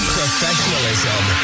Professionalism